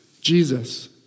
Jesus